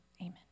Amen